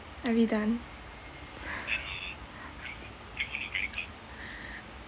are we done